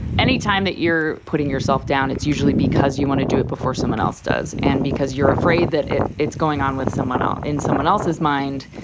anytime that you're putting yourself down, it's usually because you want to do it before someone else does and because you're afraid that it's going on with someone out in someone else's mind.